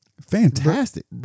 Fantastic